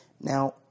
Now